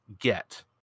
get